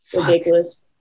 Ridiculous